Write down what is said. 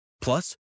Plus